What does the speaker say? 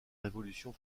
révolution